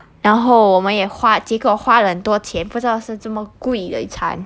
然后我们也花结果花了很多钱不知道是这么贵的一餐